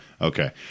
okay